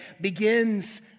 begins